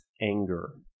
anger